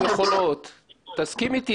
תסכים אתי,